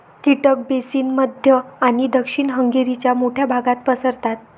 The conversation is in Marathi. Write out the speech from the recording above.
कीटक बेसिन मध्य आणि दक्षिण हंगेरीच्या मोठ्या भागात पसरतात